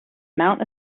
mount